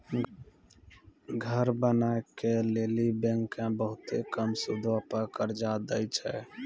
घर बनाय के लेली बैंकें बहुते कम सूदो पर कर्जा दै छै